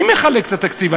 מי מחלק את התקציב?